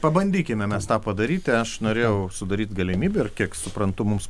pabandykime mes tą padaryti aš norėjau sudaryt galimybę ir kiek suprantu mums